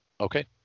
Okay